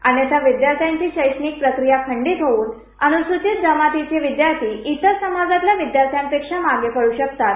अन्यथा विद्यार्थ्यांची शैक्षणिक प्रक्रिया खंडीत होवून अनुसूचित जमातीचे विद्यार्थी इतर समाजातल्या विद्यार्थ्यपेक्षा मागे पडू शकतात